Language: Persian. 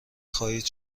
خواهد